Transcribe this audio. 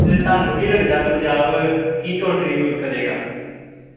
ਅਤੇ ਤੁਹਾਨੂੰ ਕੀ ਲੱਗਦਾ ਪੰਜਾਬ ਕੀ ਕੋਂਟਰੀਬਿਊਟ ਕਰੇਗਾ